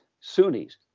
Sunnis